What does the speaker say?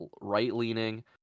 right-leaning